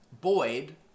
Boyd